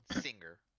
singer